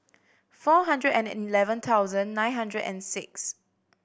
four hundred and eleven thousand nine hundred and six